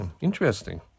Interesting